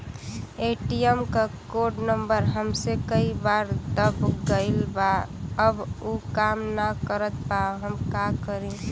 ATM क code number हमसे कई बार दब गईल बा अब उ काम ना करत बा हम का करी?